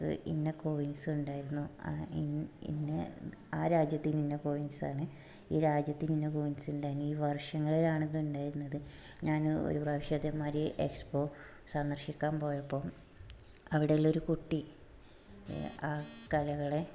ഇന്ന കോയിൻസ് ഉണ്ടായിരുന്നു ആ ഇന്ന് ആ രാജ്യത്തിന് ഇന്ന കോയിൻസാണ് ഈ രാജ്യത്തിന് ഇന്ന കോയിൻസുണ്ടായിരുന്നു ഈ വർഷങ്ങളിലാണിത് ഉണ്ടായിരുന്നത് ഞാൻ ഒരു പ്രാവശ്യം അതേ മാതിരി എക്സ്പോ സന്ദർശിക്കാൻ പോയപ്പം അവിടെയുള്ളൊരു കുട്ടി ആ കലകളെ